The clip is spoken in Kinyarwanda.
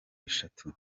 eshatu